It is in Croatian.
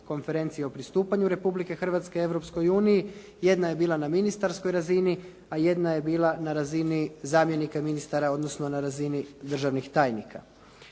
konferencije o pristupanju Republike Hrvatske Europskoj uniji. Jedna je bila na ministarskoj razini, a jedna je bila na razini zamjenika ministara, odnosno na razini državnih tajnika.